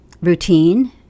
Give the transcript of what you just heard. routine